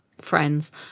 friends